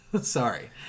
Sorry